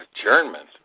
Adjournment